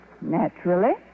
Naturally